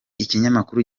ikinyamakuru